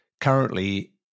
currently